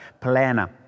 planner